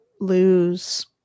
lose